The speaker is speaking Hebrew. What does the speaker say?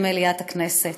במליאת הכנסת.